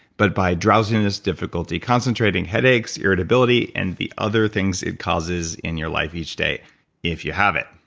but by drowsiness, difficulty concentrating, headaches irritability, and the other things it causes in your life each day if you have it.